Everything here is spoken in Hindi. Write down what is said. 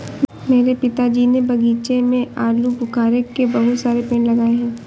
मेरे पिताजी ने बगीचे में आलूबुखारे के बहुत सारे पेड़ लगाए हैं